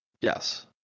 Yes